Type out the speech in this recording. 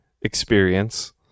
experience